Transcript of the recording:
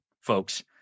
folks